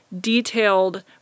detailed